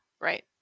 Right